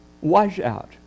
washout